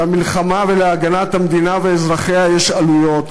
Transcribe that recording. למלחמה ולהגנת המדינה ואזרחיה יש עלויות.